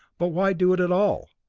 but why do it at all?